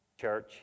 church